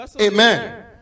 Amen